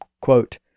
quote